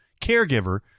caregiver